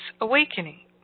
awakening